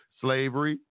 slavery